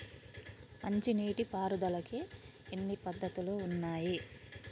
మంచి నీటి పారుదలకి ఎన్ని పద్దతులు ఉన్నాయి?